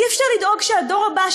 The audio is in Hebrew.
אי-אפשר לדאוג שהדור הבא,